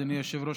אדוני היושב-ראש,